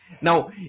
Now